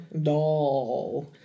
Doll